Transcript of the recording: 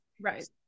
Right